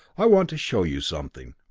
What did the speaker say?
i want to show you something.